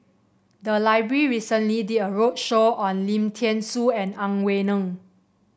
the library recently did a roadshow on Lim Thean Soo and Ang Wei Neng